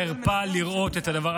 חרפה לראות את הדבר.